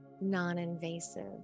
non-invasive